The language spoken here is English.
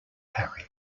harry